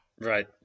right